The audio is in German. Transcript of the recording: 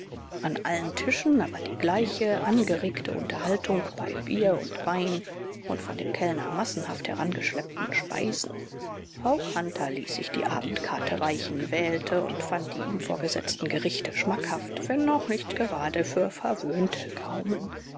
an allen tischen aber die gleiche angeregte unterhaltung bei bier und wein und von dem kellner massenhaft herangeschleppten speisen auch hunter ließ sich die abendkarte reichen wählte und fand die ihm vorgesetzten gerichte schmackhaft wenn auch nicht gerade für verwöhnte gaumen